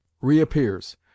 reappears